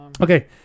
Okay